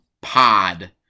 Pod